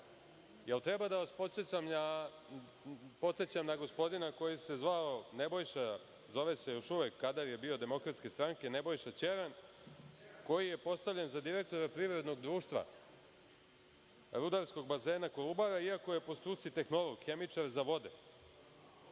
li treba da vas podsećam na gospodina koji se zvao Nebojša, zove se još uvek, kadar je bio Demokratske stranke Nebojša Ćeran, koji je postavljen za direktora Privrednog društava Rudarskog basena „Kolubara“, iako je po struci tehnolog, hemičar za vode.